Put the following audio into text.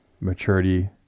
maturity